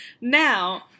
Now